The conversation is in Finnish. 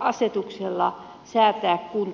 asetuksella säätää kunta kaksikieliseksi